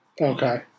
Okay